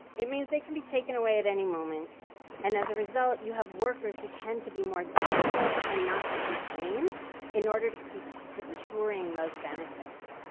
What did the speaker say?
it means they can be taken away at any moment and as a result, you workers who tend to be more docile to not to complain in order to keep securing those benefits.